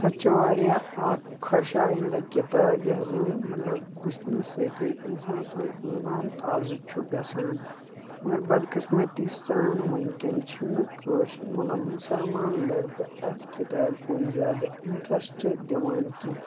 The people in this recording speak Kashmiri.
سۄ چھِ واریاہ اَکھ خۄش آیِندٕ کِتاب یَتھ زَن مطلب وٕچھنہٕ سۭتی اِنسان سُنٛد ایٖمان تازٕ چھُ گژھان مگر بَد قٕسمَتی سان وٕنۍکٮ۪ن چھِنہٕ کٲشہِ مطلب مُسلمان لٔڑکہٕ اَتھ کِتابہِ کُن زیادٕ اِنٹرٛسٹ دِوان کیٚنٛہہ